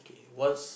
what's